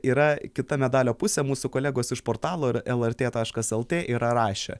yra kita medalio pusė mūsų kolegos iš portalo lrt taškas lt yra rašę